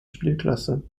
spielklasse